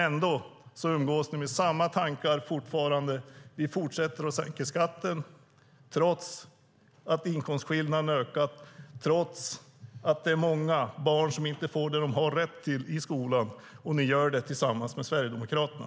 Ändå umgås ni med samma tankar fortfarande. Ni fortsätter sänka skatten trots att inkomstskillnaderna har ökat och trots att många barn inte får det som de har rätt till i skolan - och ni gör det tillsammans med Sverigedemokraterna.